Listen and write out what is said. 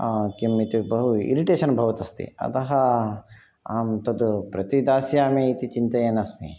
किमिति चेत् बहु इरिटेशन् भवदस्ति अतः अहं तत् प्रतिदास्यामि इति चिन्तयन् अस्मि